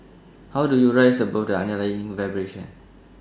how do you rise above the underlying vibration